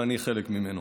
ואני חלק ממנו.